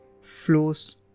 flows